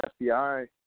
FBI